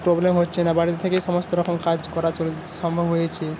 problem হচ্ছে না বাড়িতে থেকেই সমস্ত রকম কাজ করা সম্ভব হয়েছে